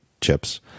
chips